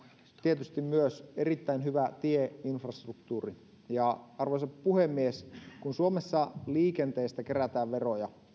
tietysti myös erittäin hyvä tieinfrastruktuuri arvoisa puhemies kun suomessa liikenteestä kerätään veroja